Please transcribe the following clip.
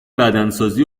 بدنسازی